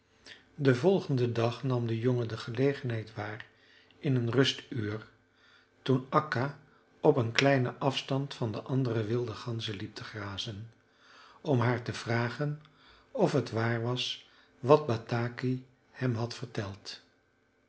den volgenden dag nam de jongen de gelegenheid waar in een rustuur toen akka op een kleinen afstand van de andere wilde ganzen liep te grazen om haar te vragen of het waar was wat bataki hem had verteld